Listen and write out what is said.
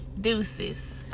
deuces